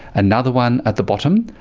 another one at the bottom.